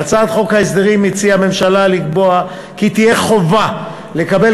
בהצעת חוק ההסדרים הציעה הממשלה לקבוע כי תהיה חובה לקבל